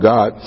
God